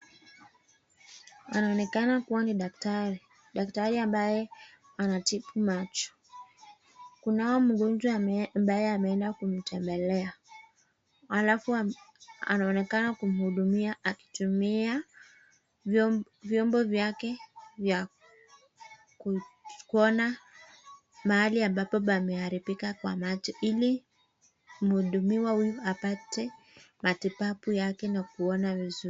Anaonekana kuwa ni daktari. Daktari ambaye anatibu macho. Kunao mgonjwa ambaye ameenda kumtembelea. Halafu anaonekana kumhudumia akitumia vyombo vyake vya kuona mahali ambapo pameharibika kwa macho ili mhudumiwa huyu apate matibabu yake na kuona vizuri.